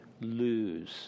lose